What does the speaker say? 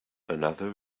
another